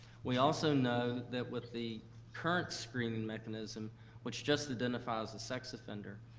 we also know that, with the current screening mechanism which just identifies the sex offender,